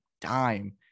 dime